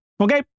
Okay